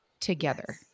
together